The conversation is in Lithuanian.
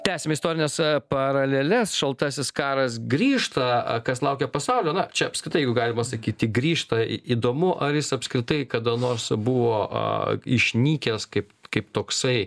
tęsiame istorines paraleles šaltasis karas grįžta kas laukia pasaulio na čia apskritai galima sakyti grįžta į įdomu ar jis apskritai kada nors buvo išnykęs kaip kaip toksai